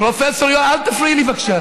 אבל זאת עובדה, פרופ' יונה, אל תפריעי לי, בבקשה.